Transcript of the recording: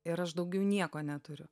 ir aš daugiau nieko neturiu